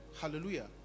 Hallelujah